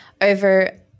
over